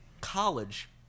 college